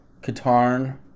Katarn